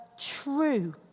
true